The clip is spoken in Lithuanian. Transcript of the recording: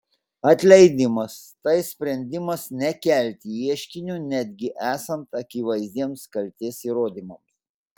atleidimas tai sprendimas nekelti ieškinio netgi esant akivaizdiems kaltės įrodymams